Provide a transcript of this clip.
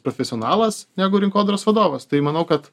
profesionalas negu rinkodaros vadovas tai manau kad